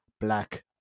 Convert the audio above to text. Black